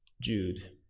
jude